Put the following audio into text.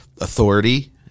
authority